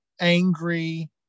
angry